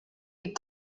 est